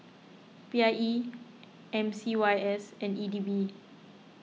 P I E M C Y S and E D B